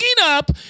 up